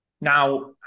Now